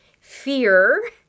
fear